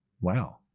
Wow